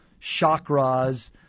chakras